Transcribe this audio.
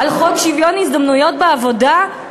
על חוק שוויון ההזדמנויות בעבודה?